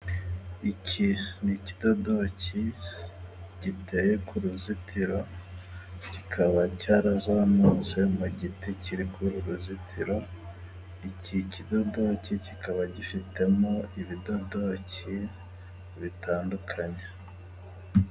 Iki ni ikidodoki giteye ku ruzitiro kikaba cyarazamutse mu giti kiri kuri uru ruzitiro, iki kidodoki kikaba gifitemo ibidodoki bitandukanye.